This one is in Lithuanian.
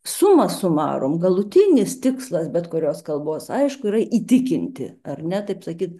suma sumarum galutinis tikslas bet kurios kalbos aišku yra įtikinti ar ne taip sakyt